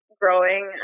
growing